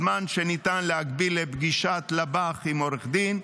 הזמן שניתן להגביל פגישת לב"ח עם עורך דין,